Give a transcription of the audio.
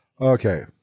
Okay